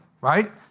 Right